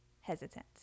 hesitant